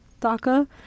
DACA